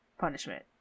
punishment